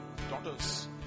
Daughters